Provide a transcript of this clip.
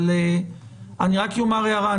אבל אני רק אומר הערה,